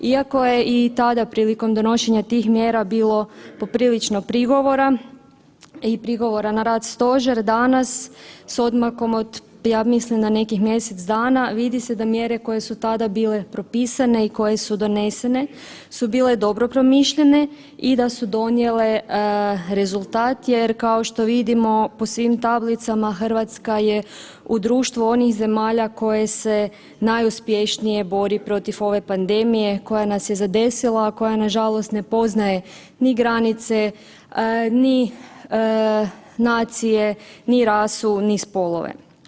Iako je i tada prilikom donošenja tih mjera bilo poprilično prigovora i prigovora na rad stožera, danas s odmakom od, ja mislim, na nekih mjesec dana, vidi se da mjere koje su tada bile propisane i koje su donesene su bile dobro promišljene i da su donijele rezultat jer kao što vidimo po svim tablicama RH je u društvu onih zemalja koje se najuspješnije bori protiv ove pandemije koja nas je zadesila, a koja nažalost ne poznaje ni granice, ni nacije, ni rasu, ni spolove.